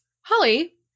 Holly